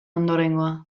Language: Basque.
ondorengoa